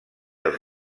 els